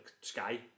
Sky